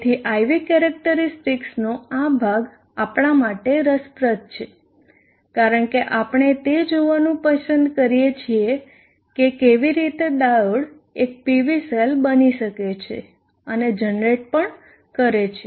તેથી I V કેરેક્ટરીસ્ટિક્સનો આ ભાગ આપણા માટે રસપ્રદ છે કારણ કે આપણે તે જોવાનું પસંદ કરીએ છીએ કે કેવી રીતે ડાયોડ એક PV સેલ બની શકે છે અને જનરેટ પણ કરે છે